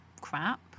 crap